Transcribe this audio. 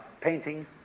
painting